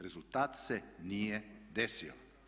Rezultat se nije desio.